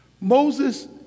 Moses